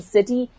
City